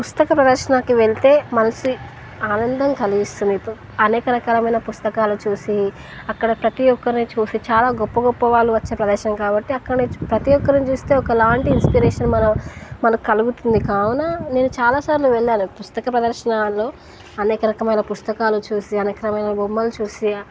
పుస్తక ప్రదర్శనకి వెళ్తే మనసి ఆనందం కలిగిస్తుంది ఇప్పు అనేక రకరమైన పుస్తకాలు చూసి అక్కడ ప్రతి ఒక్కరిని చూసి చాలా గొప్ప గొప్ప వాళ్ళు వచ్చే ప్రదర్శనం కాబట్టి అక్కడనే ప్రతి ఒక్కరిని చూస్తే ఒక లాంటి ఇన్స్పిరేషన్ మనం మనకు కలుగుతుంది కావున నేను చాలా సార్లు వెళ్ళాను పుస్తక ప్రదర్శనల్లో అనేక రకమైన పుస్తకాలు చూసి అనేక రరమైన బొమ్మలు చూసి